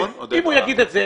אם הוא יאמר את זה,